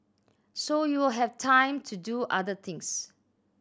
so you have time to do other things